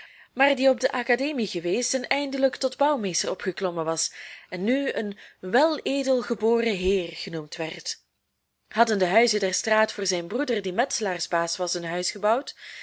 maar die op de academie geweest en eindelijk tot bouwmeester opgeklommen was en nu een weledelgeboren heer genoemd werd hadden de huizen der straat voor zijn broeder die metselaarsbaas was een huis gebouwd